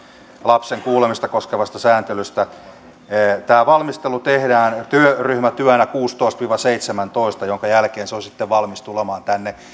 lapsen kuulemista koskevaa sääntelyä tämä valmistelu tehdään työryhmätyönä kaksituhattakuusitoista viiva kaksituhattaseitsemäntoista minkä jälkeen se on sitten valmis tulemaan tänne